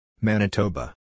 Manitoba